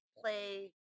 play